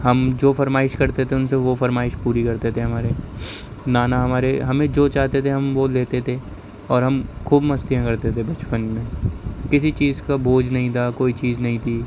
ہم جو فرمائش کرتے تھے ان سے وہ فرمائش پوری کرتے تھے ہمارے نانا ہمارے ہمیں جو چاہتے تھے ہم وہ لیتے تھے اور ہم خوب مستیاں کرتے تھے بچپن میں کسی چیز کا بوجھ نہیں تھا کوئی چیز نہیں تھی